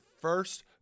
first